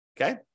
okay